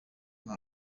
nka